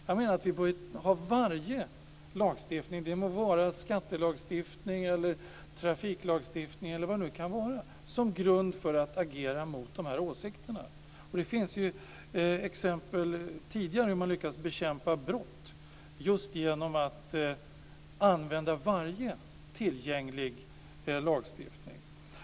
Jag menar att vi bör ha varje lagstiftning - det må vara skattelagstiftning, trafiklagstiftning eller annan lagstiftning - som grund för att agera mot de här åsikterna. Det finns tidigare exempel på hur man har lyckats bekämpa brott just genom att använda varje tillgänglig lagstiftning.